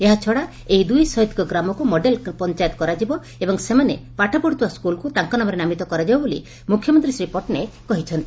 ଏହାଛଡା ଏହି ଦୁଇ ଶହୀଦଙ୍ ଗ୍ରାମକୁ ମଡେଲ ପଞାୟତ କରାଯିବ ଓ ସେମାନେ ପାଠ ପଢୁଥିବା ସ୍କୁଲକୁ ତାଙ୍କ ନାମରେ ନାମିତ କରାଯିବ ବୋଲି ମୁଖ୍ୟମନ୍ତୀ ଶ୍ରୀ ପଟ୍ଟନାୟକ କହିଚ୍ଚନ୍ତି